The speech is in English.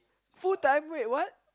full time wait what